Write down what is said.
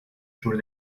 sur